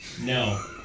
No